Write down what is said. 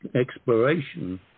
exploration